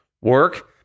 work